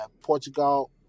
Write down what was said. Portugal